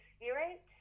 spirit